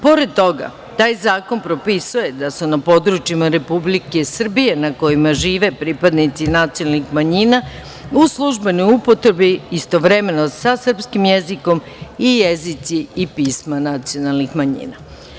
Pored toga, taj zakon propisuje da su na područjima Republike Srbije, na kojima žive pripadnici nacionalnih manjina, u službenoj upotrebi istovremeno sa srpskim jezikom i jezici i pisma nacionalnih manjina.